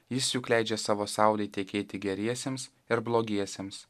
jis juk leidžia savo saulei tekėti geriesiems ir blogiesiems